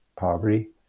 poverty